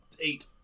eight